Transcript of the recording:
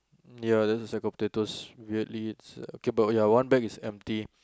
ya that's a sack of potatoes weirdly it's uh okay ya but one bag is empty